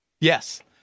Yes